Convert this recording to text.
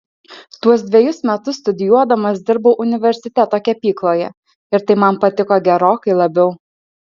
tuos dvejus metus studijuodamas dirbau universiteto kepykloje ir tai man patiko gerokai labiau